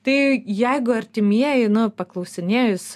tai jeigu artimieji nu paklausinėjus